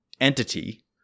entity